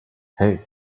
hey